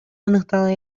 аныктала